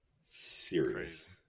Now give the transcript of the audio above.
serious